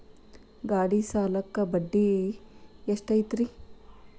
ಗಾಡಿ ಸಾಲಕ್ಕ ಬಡ್ಡಿ ಎಷ್ಟೈತ್ರಿ?